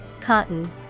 Cotton